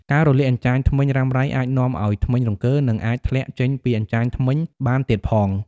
ការរលាកអញ្ចាញធ្មេញរ៉ាំរ៉ៃអាចនាំឱ្យធ្មេញរង្គើ និងអាចធ្លាក់ចេញពីអញ្ចាញធ្មេញបានទៀតផង។